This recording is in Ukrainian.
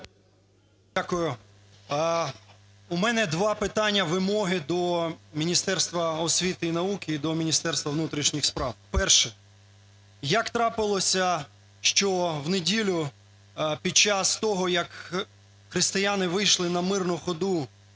Дякую. У мене два питання-вимоги до Міністерства освіти і науки і до Міністерства внутрішніх справ. Перше. Як трапилося, що в неділю під час того, як християни вийшли на мирну ходу